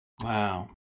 Wow